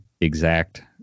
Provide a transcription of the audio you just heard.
exact